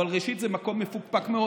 אבל ראשית, זה מקום מפוקפק מאוד.